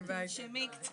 אבל אנחנו צריכות, במקרה